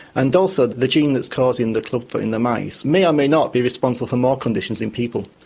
and also the gene that's causing the clubfoot in the mice may or may not be responsible for more conditions in people.